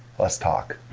let's talk.